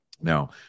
Now